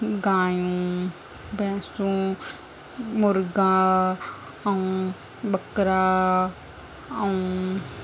गांयूं भैसूं मुर्गा ऐं ॿकरा ऐं